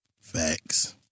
Facts